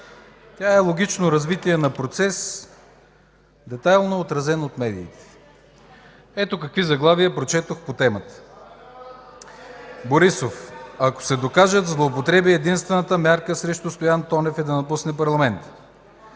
Тя е логично развитие на процес, детайлно отразен от медиите. Ето какви заглавия прочетох по темата. (Шум и реплики от ГЕРБ.) „Борисов: „Ако се докажат злоупотреби, единствената мярка срещу Стоян Тонев е да напусне парламента”.